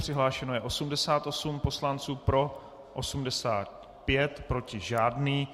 Přihlášeno je 88 poslanců, pro 85, proti žádný.